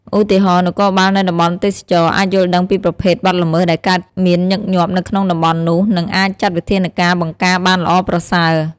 ឧទាហរណ៍ នគរបាលនៅតំបន់ទេសចរណ៍អាចយល់ដឹងពីប្រភេទបទល្មើសដែលកើតមានញឹកញាប់នៅក្នុងតំបន់នោះ និងអាចចាត់វិធានការបង្ការបានល្អប្រសើរ។